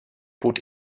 bot